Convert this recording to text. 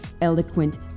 eloquent